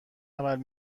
عمل